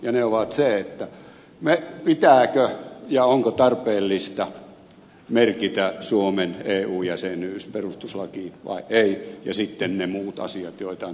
ja ne ovat se pitääkö ja onko tarpeellista merkitä suomen eu jäsenyys perustuslakiin vai ei ja sitten ne muut asiat joita on tässä käsitelty